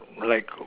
like